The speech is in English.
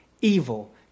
Evil